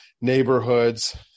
neighborhoods